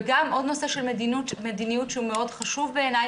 גם עוד נושא של מדיניות שהוא מאוד חשוב בעיני,